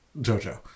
JoJo